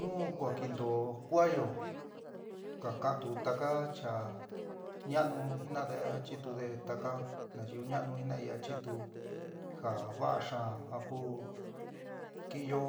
Nu kua keénto kuáayo ka ka'antu taka cha ña'anu jina'ade achitude taka nayu ñanu jinai achitu ja va'a xaan ja ku kiinyo